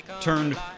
turned